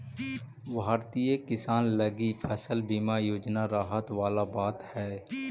भारतीय किसान लगी फसल बीमा योजना राहत वाला बात हइ